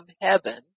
heaven